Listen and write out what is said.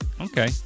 Okay